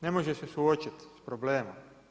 Ne može se suočiti sa problemom.